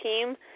team